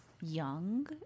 young